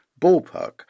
ballpark